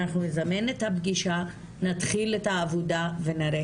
אנחנו נזמן את הפגישה נתחיל את העבודה ונראה